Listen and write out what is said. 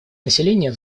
население